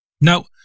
Now